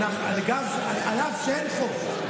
אף שאין חוק,